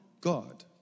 God